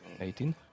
18